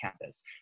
campus